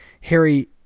Harry